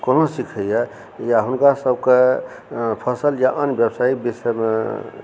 कोना सिखैयै या हुनका सभके ओकर फसल जे आन व्यवसायके विषयमे